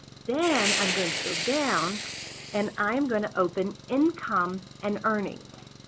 then i'm going to go down and i'm going to open income and earning